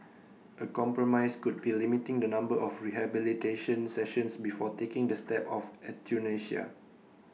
A compromise could be limiting the number of rehabilitation sessions before taking the step of euthanasia